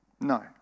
No